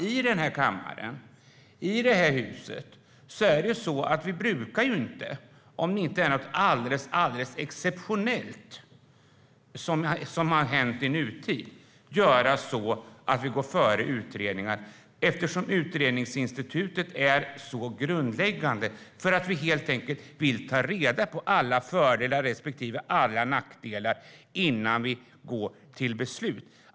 I den här kammaren och i det här huset brukar vi inte gå före utredningar, om det inte hänt något alldeles exceptionellt. Utredningsinstitutet är grundläggande. Vi vill helt enkelt ta reda på alla fördelar och nackdelar innan vi går till beslut.